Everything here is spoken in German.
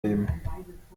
leben